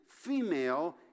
female